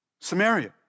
samaria